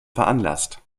veranlasst